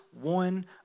one